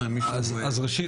ראשית,